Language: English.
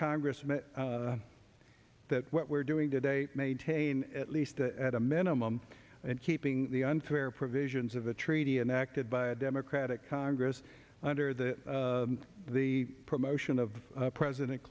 congressman that what we're doing today maintain at least at a minimum and keeping the unfair provisions of a treaty enacted by a democratic congress under the the promotion of president